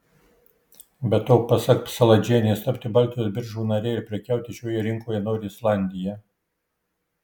be to pasak saladžienės tapti baltijos biržų nare ir prekiauti šioje rinkoje nori islandija